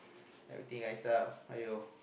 everything rise up !aiyo!